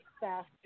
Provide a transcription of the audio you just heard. faster